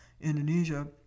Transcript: Indonesia